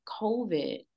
COVID